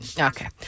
okay